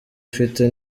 ufite